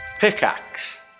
Pickaxe